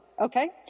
okay